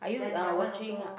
then that one also